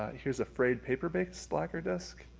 here's a frayed paper based lacquer disc.